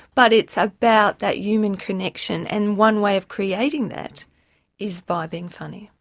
but it's about that human connection and one way of creating that is by being funny.